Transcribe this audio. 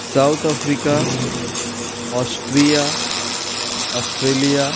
South Africa Austria Australia